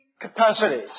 capacities